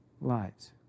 lives